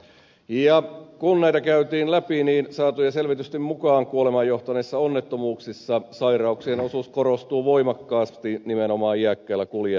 kun näitä käytiin läpi niin saatujen selvitysten mukaan kuolemaan johtaneissa onnettomuuksissa sairauksien osuus korostuu voimakkaasti nimenomaan iäkkäillä kuljettajilla